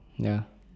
ya